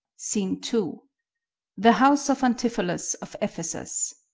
scene two the house of antipholus of ephesus